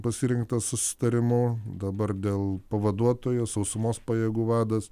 pasirinktas susitarimu dabar dėl pavaduotojos sausumos pajėgų vadas